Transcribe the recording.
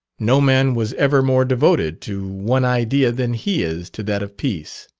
no man was ever more devoted to one idea than he is to that of peace.